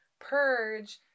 purge